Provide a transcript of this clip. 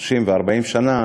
30 ו-40 שנה